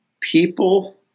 people